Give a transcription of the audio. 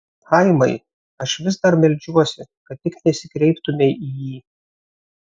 chaimai aš vis dar meldžiuosi kad tik nesikreiptumei į jį